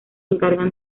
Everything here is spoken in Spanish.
encargan